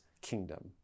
kingdom